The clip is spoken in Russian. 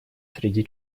среди